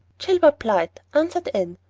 gilbert blythe, answered anne,